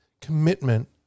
commitment